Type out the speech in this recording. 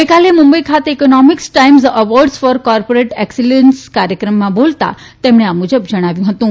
ગઈકાલે મુંબઈ ખાતે Economics Times Award for Corporate Excellence કાર્યક્રમમાં બોલતા તેમણે આ મુજબ જણાવ્યું હતું